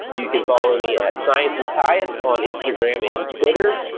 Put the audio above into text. you can follow me at sciencewithtyus on instagram and twitter.